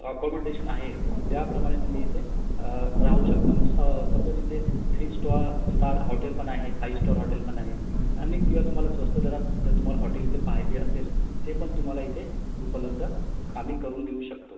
accommodation आहे त्याप्रमाणे तुम्ही इथे राहू शकता म्हणजे स सपोज इथे थ्री स्टॉ स्टार हॉटेल पण आहे फायू स्टॉर हॉटेल पण आहे आणि किंवा तुम्हाला स्वस्त दरात जर तुम्हाला हॉटेल इथे पाहिजे असेल ते पण तुम्हाला इथे उपलब्ध आम्ही करून देऊ शकतो